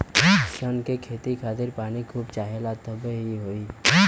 सन के खेती खातिर पानी खूब चाहेला तबे इ होई